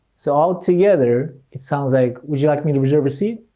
so all together it sounds like would you like me to reserve a seat?